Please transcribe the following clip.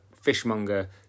fishmonger